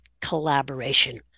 collaboration